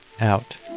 out